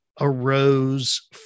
arose